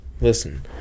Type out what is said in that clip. Listen